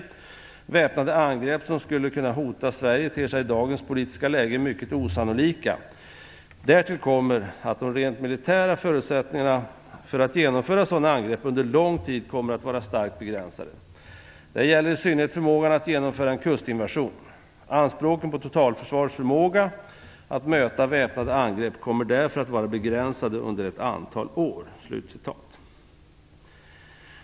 Väpnade angrepp som skulle kunna hota Sverige ter sig i dagens politiska läge mycket osannolika. Därtill kommer att de rent militära förutsättningarna för att genomföra sådana angrepp under lång tid kommer att vara starkt begränsade. Detta gäller i synnerhet förmågan att genomföra en kustinvasion. Anspråken på totalförsvarets förmåga att möta väpnade angrepp kommer därför att vara begränsade under ett antal år."